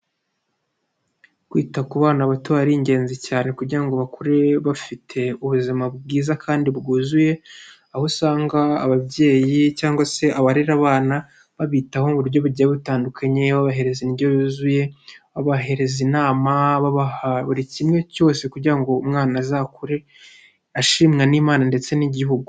Kwita ku bana bato biba ari ingenzi cyane kugira ngo bakure bafite ubuzima bwiza kandi bwuzuye, aho usanga ababyeyi cyangwa se abarera abana babitaho mu buryo bugiye butandukanye, babahereza indyo yuzuye, babahereza inama, babaha buri kimwe cyose kugira ngo umwana azakure ashimwa n'Imana ndetse n'Igihugu.